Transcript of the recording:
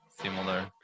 similar